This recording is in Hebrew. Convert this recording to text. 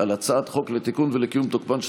על הצעת חוק לתיקון ולקיום תוקפן של